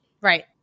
Right